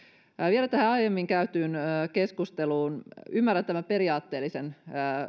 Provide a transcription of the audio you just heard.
vielä tähän aiemmin käytyyn keskusteluun ymmärrän tämän periaatteellisen